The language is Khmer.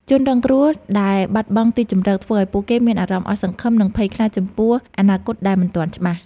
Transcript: ជនរងគ្រោះដែលបាត់បង់ទីជម្រកធ្វើឱ្យពួកគេមានអារម្មណ៍អស់សង្ឃឹម និងភ័យខ្លាចចំពោះអនាគតដែលមិនទាន់ច្បាស់។